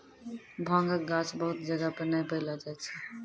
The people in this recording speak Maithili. भांगक गाछ बहुत जगह नै पैलो जाय छै